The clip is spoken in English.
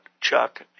Chuck